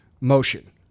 motion